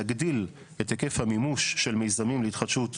להגדיל את היקף המימוש של מיזמים להתחדשות עירונית,